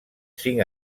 cinc